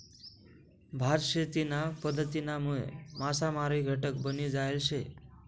भात शेतीना पध्दतीनामुळे मासामारी घटक बनी जायल शे